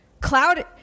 Cloud